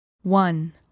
one